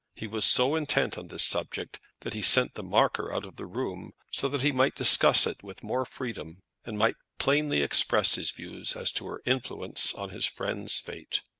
he was so intent on this subject that he sent the marker out of the room so that he might discuss it with more freedom, and might plainly express his views as to her influence on his friend's fate.